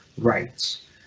rights